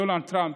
דונלד טראמפ,